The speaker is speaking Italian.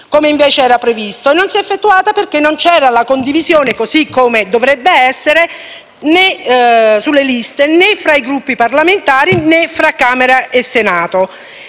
come invece era previsto. Non si è effettuata perché non c'era condivisione sulle liste, così come dovrebbe essere, né fra i Gruppi parlamentari, né fra Camera e Senato.